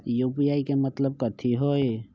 UPI के मतलब कथी होई?